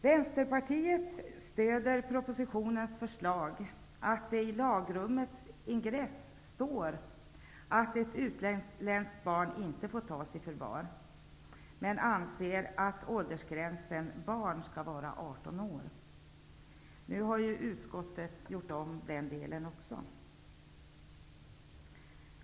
Vänsterpartiet stöder propositionens förslag att det i lagrummets ingress skall stå att ett utländskt barn inte får tas i förvar, men vi anser att åldersgränsen för barn skall vara 18 år. Nu har utskottet gjort om också den delen av propositionen.